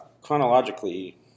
chronologically